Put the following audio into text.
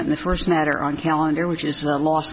the first matter on calendar which is the last